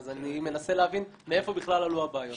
אז אני מנסה להבין מאיפה בכלל עלו הבעיות.